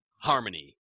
harmony